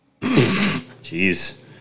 Jeez